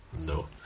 No